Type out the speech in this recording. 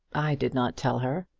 i did not tell her.